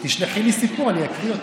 תשלחי לי סיפור, אני אקריא אותו.